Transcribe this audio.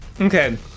Okay